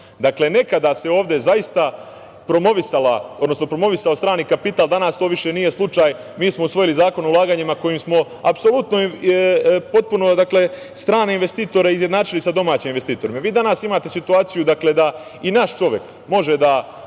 nekada se ovde zaista promovisao strani kapital, danas to više nije slučaj. Mi smo usvojili Zakon o ulaganjima kojim smo apsolutno, potpuno strane investitore izjednačili sa domaćim investitorima. Vi danas imate situaciju da i naš čovek može da